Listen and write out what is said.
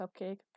Cupcake